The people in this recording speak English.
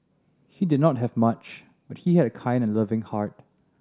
he did not have much but he had a kind and loving heart